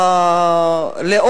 תודה רבה,